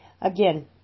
Again